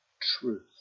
truth